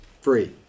Free